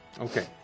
Okay